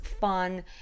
fun